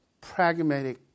Pragmatic